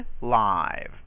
live